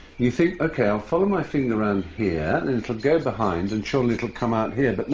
you think, ok, i'll follow my finger round here. it will go behind and surely it'll come out here. but no,